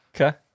Okay